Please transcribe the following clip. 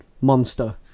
monster